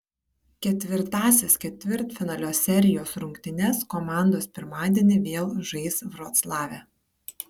ketvirtąsias ketvirtfinalio serijos rungtynes komandos pirmadienį vėl žais vroclave